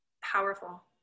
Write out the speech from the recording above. powerful